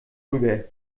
rüber